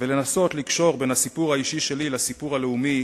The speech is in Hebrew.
ולקשור בין הסיפור האישי שלי לסיפור הלאומי